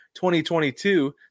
2022